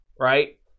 right